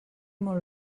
molt